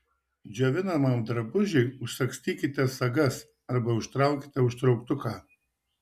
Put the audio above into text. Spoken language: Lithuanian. džiovinamam drabužiui užsagstykite sagas arba užtraukite užtrauktuką